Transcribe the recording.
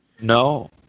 No